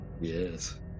Yes